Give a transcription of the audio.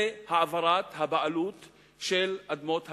זה העברת הבעלות של אדמות המדינה.